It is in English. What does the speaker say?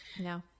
no